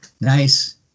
Nice